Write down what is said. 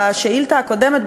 בשאילתה הקודמת,